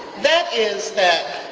that is that